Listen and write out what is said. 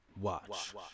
Watch